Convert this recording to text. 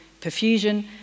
perfusion